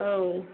औ